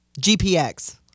GPX